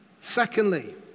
Secondly